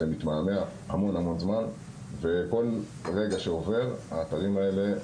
מתמהמה המון המון זמן וכל רגע שעובר האתרים האלה,